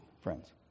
friends